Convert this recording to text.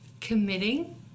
committing